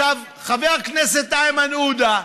חבר הכנסת איימן עודה,